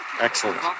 Excellent